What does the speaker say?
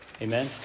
Amen